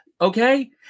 Okay